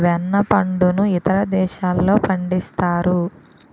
వెన్న పండును ఇతర దేశాల్లో పండిస్తారు